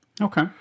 Okay